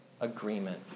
agreement